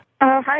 Hi